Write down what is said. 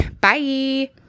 Bye